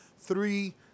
three